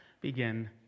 begin